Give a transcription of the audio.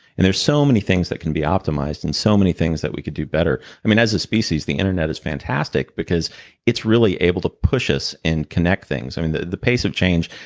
and there's so many things that can be optimized, and so many things that we could do better i mean, as a species, the internet is fantastic, because it's really able to push us and connect things. i mean, the the pace of change.